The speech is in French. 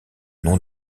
nom